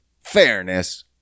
fairness